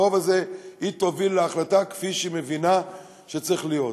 ברוב הזה היא תוביל להחלטה כפי שהיא מבינה שצריך להיות.